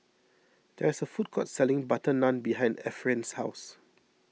there is a food court selling Butter Naan behind Efrain's house